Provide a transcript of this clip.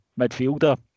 midfielder